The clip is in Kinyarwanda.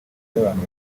y’abantu